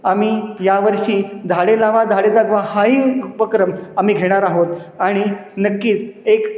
आम्ही यावर्षी झाडे लावा झाडे जगवा हाही उपक्रम आम्ही घेणार आहोत आणि नक्कीच एक